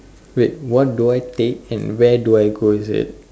wait what do I take and where do I go is it